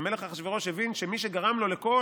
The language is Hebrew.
כשהמלך אחשוורוש הבין שמי שגרם לו לכל